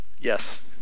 Yes